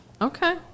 okay